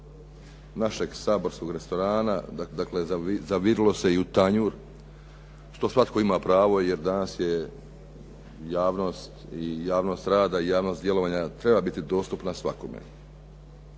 našeg saborskog restorana, dakle zavirilo se i u tanjur što svatko ima pravo jer danas je javnost rada i javnost djelovanja treba biti dostupna svakome.